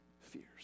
fears